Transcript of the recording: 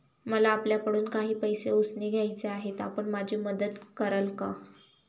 मला आपल्याकडून काही पैसे उसने घ्यायचे आहेत, आपण माझी मदत कराल का?